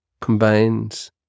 combines